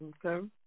Okay